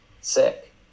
sick